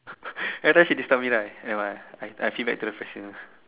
then after that she disturb me right never mind I I feedback to the president